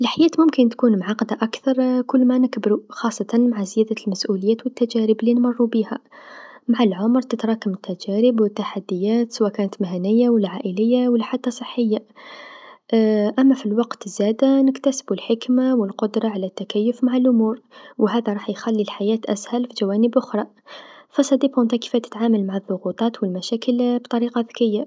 الحياة ممكن تكون معقدا أكثر كلما نكبرو خاصة مع زيادة المسؤوليات و التجارب لنمرو بيها، مع العمر تتراكم التجارب و التحديات سوا كانت مهنيه و لا عائليه و لا حتى صحيه أما في الوقت زادا نكتسبو حكمه و القدره على التكيف مع الأمور و هذا راح يخلي الحياة أسهل مع جوانب أخرى، فحسب ما تتعامل مع الضغوطات و المشاكل بطريقه ذكيه.